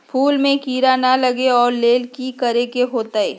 फूल में किरा ना लगे ओ लेल कि करे के होतई?